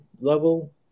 level